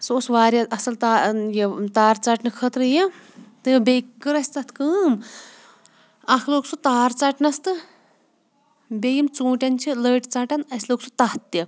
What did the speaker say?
سُہ اوس واریاہ اصٕل تار یہِ تار ژَٹنہٕ خٲطرٕ یہِ تہٕ بیٚیہِ کٔر اسہِ تَتھ کٲم اَکھ لوٚگ سُہ تار ژَٹنَس تہٕ بیٚیہِ یِم ژوٗنٛٹیٚن چھِ لٔٹۍ ژَٹان اسہِ لوٚگ سُہ تَتھ تہِ